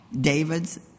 David's